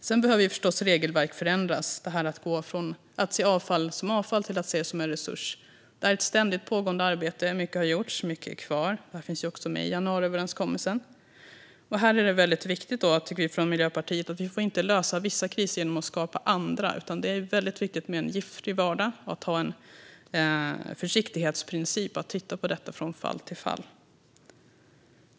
Sedan behöver regelverk förändras, så att man går från att se avfallet som avfall till att se det som en resurs. Det är ett ständigt pågående arbete. Mycket har gjorts, men mycket är också kvar. Detta finns också med i januariöverenskommelsen. Vi i Miljöpartiet tycker att det är viktigt att vi inte löser kriser genom att skapa andra kriser. Det är viktigt med en giftfri vardag, att ha en försiktighetsprincip och att titta på detta från fall till fall.